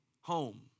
home